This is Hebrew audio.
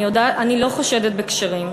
אני לא חושדת בכשרים,